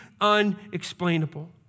unexplainable